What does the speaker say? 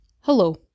Hello